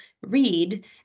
read